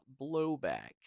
blowback